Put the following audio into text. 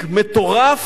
מטורף,